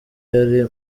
yari